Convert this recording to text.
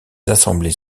assemblées